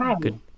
good